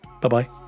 Bye-bye